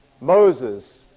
Moses